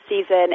season